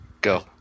Go